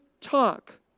talk